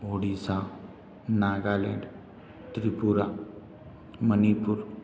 Odisha Nagaland Tripura Manipur